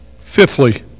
Fifthly